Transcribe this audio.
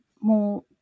more